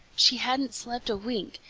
she hadn't slept a wink,